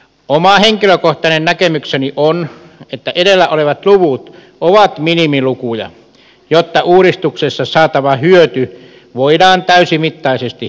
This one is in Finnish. oma henkilökohtainen näkemykseni on että edellä olevat luvut ovat minimilukuja jotta uudistuksesta saatava hyöty voidaan täysimittaisesti hyödyntää